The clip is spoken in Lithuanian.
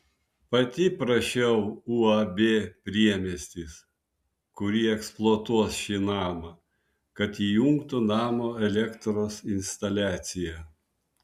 pati prašiau uab priemiestis kuri eksploatuos šį namą kad įjungtų namo elektros instaliaciją